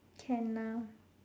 can ah